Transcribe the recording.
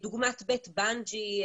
דוגמת בית בנג'י,